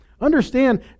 Understand